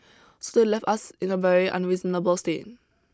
so they left us in a very unreasonable state